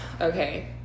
okay